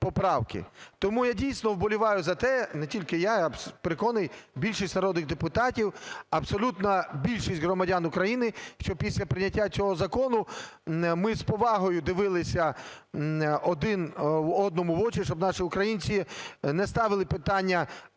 Тому я, дійсно, вболіваю за те – не тільки я, а й, переконаний, більшість народних депутатів, абсолютна більшість громадян України, – що після прийняття цього закону ми з повагою дивилися один одному в очі, щоб наші українці не ставили питання,